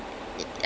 okay